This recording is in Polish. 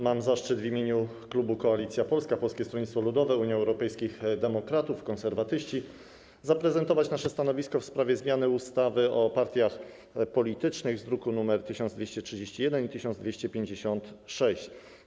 Mam zaszczyt w imieniu Klubu Parlamentarnego Koalicja Polska - Polskie Stronnictwo Ludowe, Unia Europejskich Demokratów, Konserwatyści zaprezentować nasze stanowisko w sprawie zmiany ustawy o partiach politycznych, druki nr 1231 i 1256.